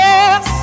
Yes